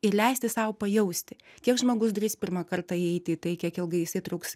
ir leisti sau pajausti kiek žmogus drįs pirmą kartą įeiti į tai kiek ilgai jisai truks